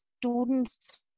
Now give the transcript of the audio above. students